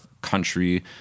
Country